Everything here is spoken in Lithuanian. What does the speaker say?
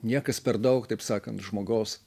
niekas per daug taip sakant žmogaus